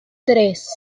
tres